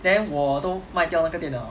then 我都卖掉那个电脑 liao